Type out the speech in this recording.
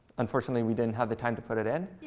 unfortunately, we didn't have the time to put it in.